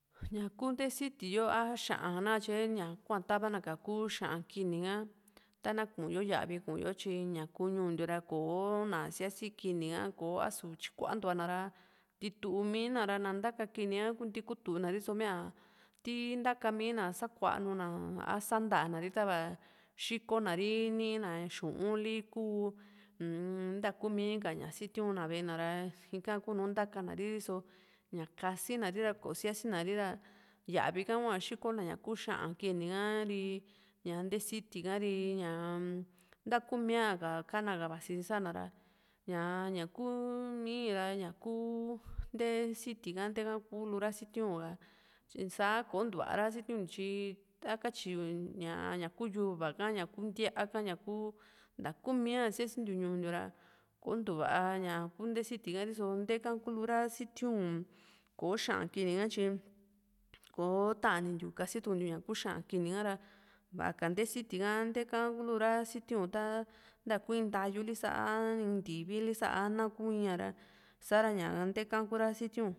ña kuu nté siti yo a xa´an nakatye ña kua hua tava na ka kuu xa´an kini ka ta´na kuu´yo yavi ku´yo tyi ñá kuu ñuu ntiu raa koo´na síasi kini ka kò´o a´su tyikuantu´a na ra ntitumi na ra ná ntaka kini a kunti kutu ná riso mia ti ntaka mii ná sakuanú na a sa ntáa na ri tava xikó na ri nii na xu´un li kuu uu-m ntákumi ka ña sitiun ná ve´e na ra ika kunú ntákanari riso ñá kasina ri ra kosíasina ri ra yavi ha hua xikó na ñaa ku xa´an kini ha ri nté sitika ri ñaa ntakúmia ka ka´na vasi sa´na ra ñá ñaku miira ña kuu nté siti ha ntéka kulu ra sitiu´n ra sá kontúara sitiuntiu tyi takatyi yu ñá ñaku yuva ka ñaku ntía ka ñaku ntakúmia siasíntiu ñuu ntiou ra kontuva ñá kú nté siti ka riso ntéka kulu ra sitiu´n kò´o xa´an kini ka tyi kotanintiu kasi tukuntiu ñá kú xa´an kini ha´ra va´a ka nté siti ka ntéka kulu ra sitiu´n tá ntaku in ntayu li sá´a ntivili sá a ntakuíña ra sa´ra ntéka kura sitiu´n